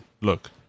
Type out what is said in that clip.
Look